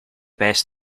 best